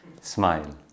Smile